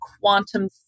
quantum